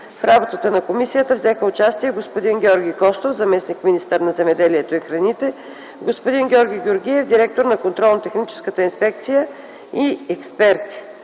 В работата на комисията взеха участие господин Георги Костов – заместник-министър на земеделието и храните, господин Георги Георгиев – директор на Контролно-техническата инспекция, и експерти.